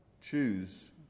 Choose